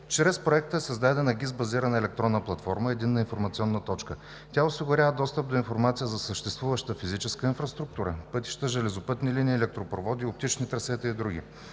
Чрез Проекта е създадена ГИС базирана електронна платформа „Единна информационна точка“. Тя осигурява достъп до информация за съществуващата физическа инфраструктура, пътища, железопътни линии, електропроводи, оптични трасета и други.